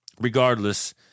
Regardless